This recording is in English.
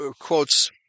quotes